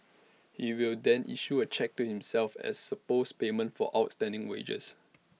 he will then issue A cheque to himself as supposed payment for outstanding wages